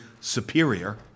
superior